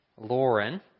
Lauren